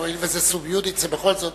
הואיל וזה סוביודיצה, בכל זאת